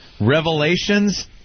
Revelations